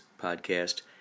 podcast